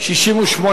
סעיפים 9 12 נתקבלו.